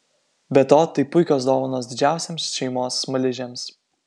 be to tai puikios dovanos didžiausiems šeimos smaližiams